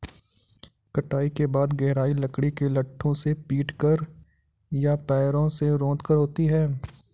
कटाई के बाद गहराई लकड़ी के लट्ठों से पीटकर या पैरों से रौंदकर होती है